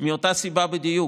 מאותה סיבה בדיוק,